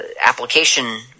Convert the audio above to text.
application